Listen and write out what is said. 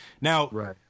Now